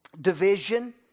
division